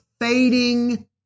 fading